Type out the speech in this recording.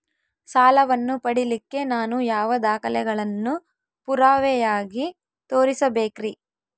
ಸಾಲವನ್ನು ಪಡಿಲಿಕ್ಕೆ ನಾನು ಯಾವ ದಾಖಲೆಗಳನ್ನು ಪುರಾವೆಯಾಗಿ ತೋರಿಸಬೇಕ್ರಿ?